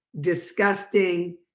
disgusting